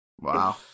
Wow